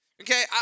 Okay